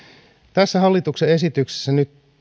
tässä hallituksen esityksessä nyt